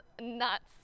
nuts